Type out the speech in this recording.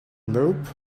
loop